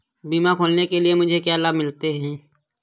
बीमा खोलने के लिए मुझे क्या लाभ मिलते हैं?